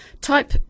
Type